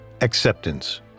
acceptance